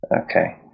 okay